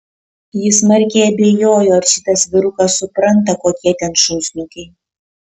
jis smarkiai abejojo ar šitas vyrukas supranta kokie ten šunsnukiai